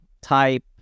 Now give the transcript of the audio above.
type